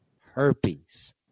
herpes